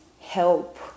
help